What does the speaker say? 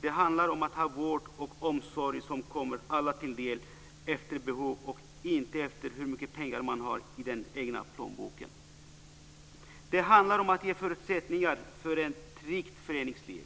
Det handlar om att ha vård och omsorg som kommer alla till del efter behov och inte efter hur mycket pengar man har i den egna plånboken. Det handlar om att ge förutsättningar för ett rikt föreningsliv.